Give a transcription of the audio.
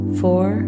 four